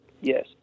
Yes